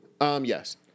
Yes